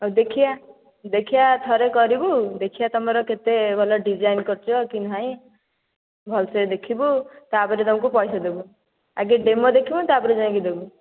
ହଉ ଦେଖିଆ ଦେଖିଆ ଥରେ କରିବୁ ଦେଖିଆ ତୁମର କେତେ ଭଲ ଡିଜାଇନ କରୁଛ କି ନାହିଁ ଭଲସେ ଦେଖିବୁ ତାପରେ ତୁମକୁ ପଇସା ଦେବୁ ଆଗେ ଡେମୋ ଦେଖିବୁ ତାପରେ ଯାଇକି ଦେବୁ